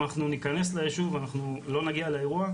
אנחנו ניכנס ליישוב אנחנו לא נגיע לאירוע,